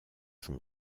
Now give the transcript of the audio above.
son